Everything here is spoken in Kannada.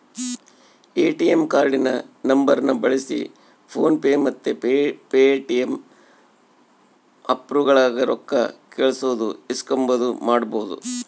ಎ.ಟಿ.ಎಮ್ ಕಾರ್ಡಿನ ನಂಬರ್ನ ಬಳ್ಸಿ ಫೋನ್ ಪೇ ಮತ್ತೆ ಪೇಟಿಎಮ್ ಆಪ್ಗುಳಾಗ ರೊಕ್ಕ ಕಳ್ಸೋದು ಇಸ್ಕಂಬದು ಮಾಡ್ಬಹುದು